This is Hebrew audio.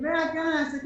לגבי הקרן לעסקים,